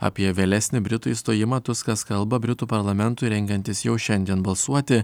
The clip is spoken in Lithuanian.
apie vėlesnį britų įstojimą tuskas kalba britų parlamentui rengiantis jau šiandien balsuoti